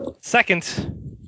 Second